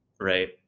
right